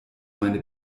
meine